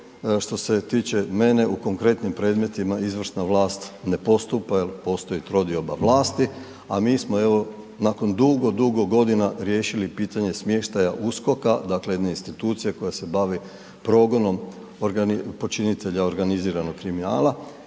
Što se tiče mene u konkretnim predmetima, izvršna vlast ne postupa jer postoji trodioba vlasti, a mi smo evo, nakon dugo, dugo godina riješili pitanje smještaja USKOK-a, dakle jedne institucije koja se bavi progonom počinitelja organiziranog kriminala